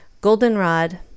Goldenrod